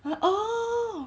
很 orh